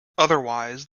otherwise